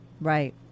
Right